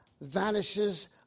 vanishes